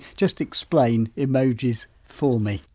just explain emojis for me.